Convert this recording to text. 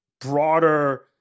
broader